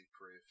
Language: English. proof